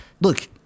look